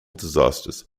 disasters